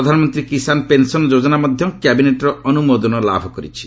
ପ୍ରଧାନମନ୍ତ୍ରୀ କିଷାନ ପେନ୍ସନ୍ ଯୋଜନା ମଧ୍ୟ କ୍ୟାବିନେଟ୍ର ଅନୁମୋଦନ ଲାଭ କରିଛି